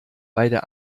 beide